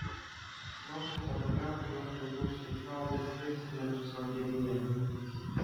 smalsūs fotografai juos drauge užfiksavo besilinksminančius vandenyje